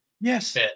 Yes